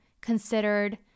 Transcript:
considered